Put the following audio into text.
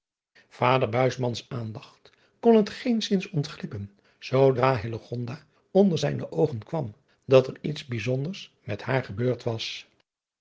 ader aandacht kon het geenszins ontglippen zoodra onder zijne oogen kwam dat er iets bijzonders met haar gebeurd was